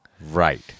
right